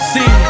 See